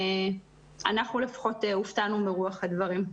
אנחנו לפחות הופתענו מרוח הדברים.